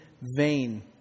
vain